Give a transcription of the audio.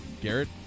Garrett